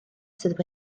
sydd